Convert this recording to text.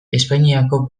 espainiako